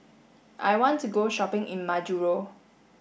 I want to go shopping in Majuro